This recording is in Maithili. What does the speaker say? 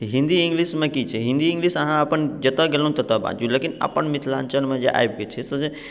हिन्दी इङ्गलिशमे की छै हिन्दी इङ्गलिश अहाँ अपन जतऽ गेलहुँ ततऽ बाजू लेकिन अपन मिथिलाञ्चलमे जे आबिके छै से